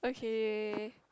okay